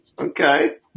Okay